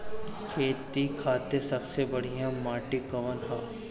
खेती खातिर सबसे बढ़िया माटी कवन ह?